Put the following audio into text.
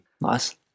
Nice